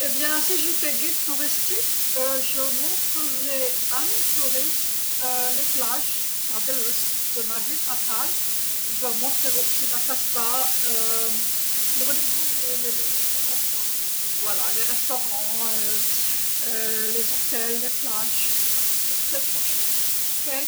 حسناً إذا كنت كدليل سياحي سأري السائحين شواطئ تع دلس مدينتي، وسأريهم أيضًا للقصبة نورلهم الأماكن الجميلة، المطاعم الفنادق الشواطئ جميلة جداً حيث أعيش أوك.